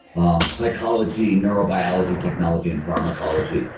um psychology, neurobiology technology and pharmacology,